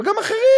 וגם אחרים.